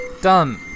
Done